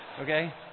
Okay